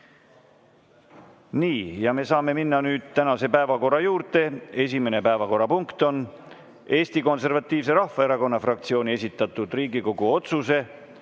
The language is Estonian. Nii, me saame minna tänase päevakorra juurde. Esimene päevakorrapunkt on Eesti Konservatiivse Rahvaerakonna fraktsiooni esitatud Riigikogu otsuse